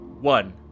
One